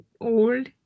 old